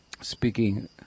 speaking